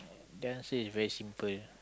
that one say is very simple